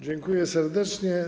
Dziękuję serdecznie.